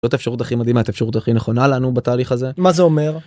זאת האפשרות הכי מדהימה את אפשרות הכי נכונה לנו בתהליך הזה מה זה אומר.